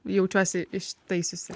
jaučiuosi ištaisiusi